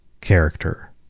character